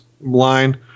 line